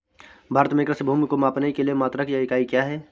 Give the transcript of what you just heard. भारत में कृषि भूमि को मापने के लिए मात्रक या इकाई क्या है?